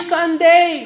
Sunday